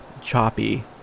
choppy